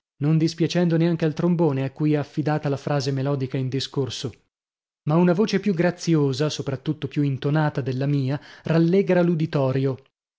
non dispiacendo neanche al trombone a cui è affidata la frase melodica in discorso ma una voce più graziosa sopra tutto più intonata della mia rallegra l'uditorio